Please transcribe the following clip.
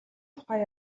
тухай